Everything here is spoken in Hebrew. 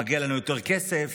מגיע לנו יותר כסף,